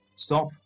Stop